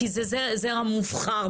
כי זה זרע מובחר,